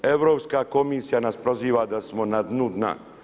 Europska komisija nas proziva da smo na dnu dna.